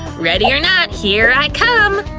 ready or not, here i come!